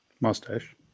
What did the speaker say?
mustache